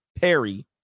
Perry